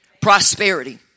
prosperity